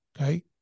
Okay